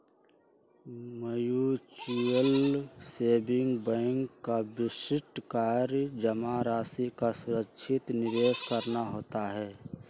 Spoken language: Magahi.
म्यूच्यूअल सेविंग बैंक का विशिष्ट कार्य जमा राशि का सुरक्षित निवेश करना होता है